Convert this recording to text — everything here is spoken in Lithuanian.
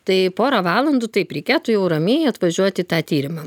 tai porą valandų taip reikėtų jau ramiai atvažiuot į tą tyrimą